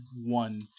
one